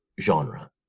genre